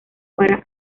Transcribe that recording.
para